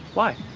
why?